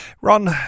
Ron